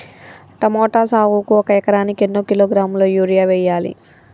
Tomato సాగుకు ఒక ఎకరానికి ఎన్ని కిలోగ్రాముల యూరియా వెయ్యాలి?